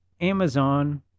Amazon